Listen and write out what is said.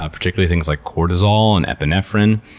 ah particularly things like cortisol and epinephrine,